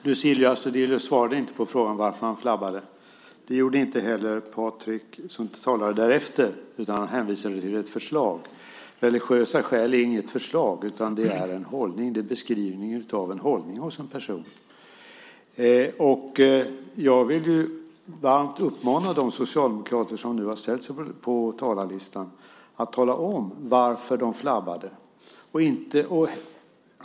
Herr talman! Luciano Astudillo svarade inte på frågan om varför han flabbade. Det gjorde inte heller Patrik som talade därefter, utan han hänvisade till ett förslag. Religiösa skäl är inget förslag, utan det är en hållning. Det är en beskrivning av en hållning hos en person. Jag vill varmt uppmana de socialdemokrater som nu har satt upp sig på talarlistan att tala om varför de flabbade.